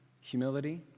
humility